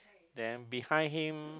then behind him